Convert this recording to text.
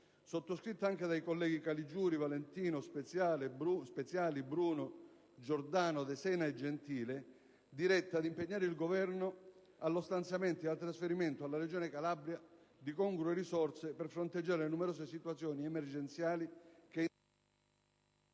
sottoscritta anche dai colleghi senatori Caligiuri, Valentino, Speziali, Bruno, Giordano, De Sena e Gentile - diretta ad impegnare il Governo allo stanziamento e al trasferimento alla Regione Calabria di congrue risorse per fronteggiare le numerose situazioni emergenziali che insistono